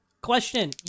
Question